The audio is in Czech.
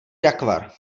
rakvar